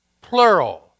plural